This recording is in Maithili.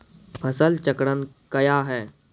फसल चक्रण कया हैं?